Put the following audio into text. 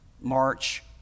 March